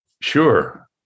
sure